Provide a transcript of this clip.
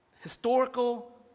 historical